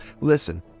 Listen